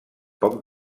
poc